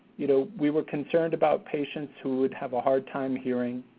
you know, we were concerned about patients who would have a hard time hearing,